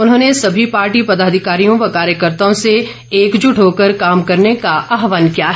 उन्होंने सभी पार्टी पदाधिकारियों व कार्यकर्ताओं से एकजुट होकर काम करने का आहवान किया है